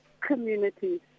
communities